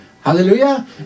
Hallelujah